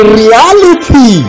reality